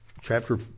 chapter